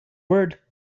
word